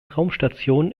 raumstation